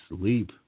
sleep